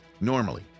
normally